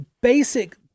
basic